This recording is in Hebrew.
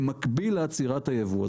במקביל לעצירת הייבוא.